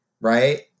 right